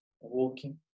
walking